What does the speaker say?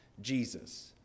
Jesus